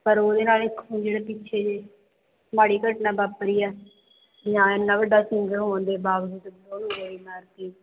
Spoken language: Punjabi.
ਪਰ ਉਹਦੇ ਨਾਲ ਇੱਕ ਹੁਣ ਜਿਹੜੇ ਪਿੱਛੇ ਜਿਹੇ ਮਾੜੀ ਘਟਨਾ ਵਾਪਰੀ ਹੈ ਨਾਲੇ ਇੰਨਾ ਵੱਡਾ ਸਿੰਗਰ ਹੋਣ ਦੇ ਬਾਵਜੂਦ ਵੀ ਉਹਨੂੰ ਗੋਲੀ ਮਾਰਤੀ